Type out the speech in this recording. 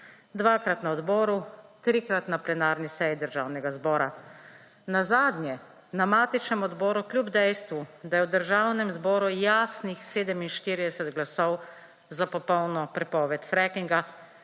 Dvakrat na odboru, trikrat na plenarni seji Državnega zbora. Nazadnje na matičnem odboru kljub dejstvu, da je v Državnem zboru jasnih 47 glasov za popolno prepoved frackinga,